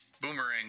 Boomerang